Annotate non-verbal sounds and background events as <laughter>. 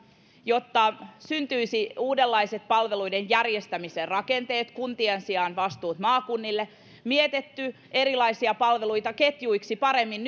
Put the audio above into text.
jotta syntyisi uudenlaisia palveluiden järjestämisen rakenteita kuntien sijaan vastuut maakunnille on mietitty erilaisia palveluita ketjuiksi paremmin <unintelligible>